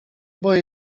boję